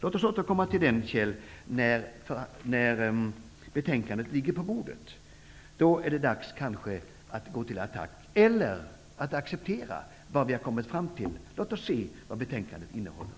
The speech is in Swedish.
Låt oss återkomma till den, Kjell Nilsson, när betänkandet ligger på bordet. Då är det kanske dags att gå till attack eller att acceptera vad vi har kommit fram till. Låt oss se vad betänkandet innehåller!